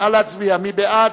נגד,